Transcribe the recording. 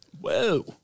Whoa